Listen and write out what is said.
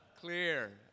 clear